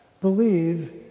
believe